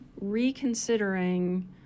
reconsidering